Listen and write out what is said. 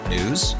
News